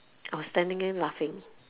I was standing there laughing